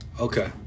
Okay